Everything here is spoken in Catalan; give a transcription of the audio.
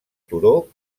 turó